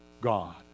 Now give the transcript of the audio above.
God